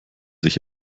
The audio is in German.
ich